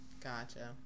Gotcha